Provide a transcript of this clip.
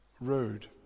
road